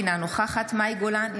אינה נוכחת מאי גולן,